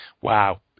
Wow